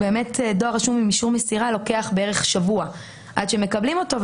דואר רשום עם אישור מסירה לוקח בערך שבוע עד שמקבלים אותו,